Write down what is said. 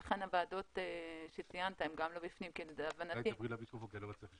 על פי הצעת הייעוץ המשפטי וגם אני חושבת